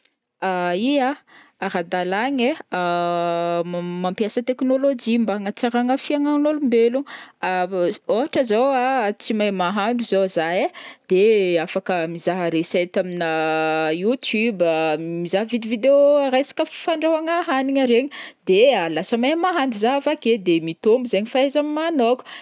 Ya, ara-dàlagna ai mampiasa teknôlôjy mba hagnatsaragna fiainagn'ôlombelogno, ohatra zao a tsy mahay mahandro zao zah ai de afaka mizaha recette amina youtube, mizaha vidéo vidéo resaka fandrahoagna hanigny regny de lasa mahay mahandro zah avake de mitombo zaignY fahaiza-manaoko.